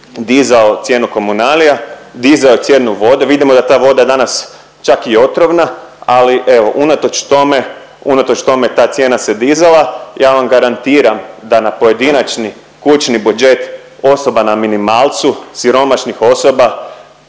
dizao cijenu komunalija, dizao je cijenu vode, vidimo da ta voda danas čak i otrovna, ali evo, unatoč tome, unatoč tome ta cijena se dizala. Ja vam garantiram da na pojedinačni kućni budžet osoba na minimalcu, siromašnih osoba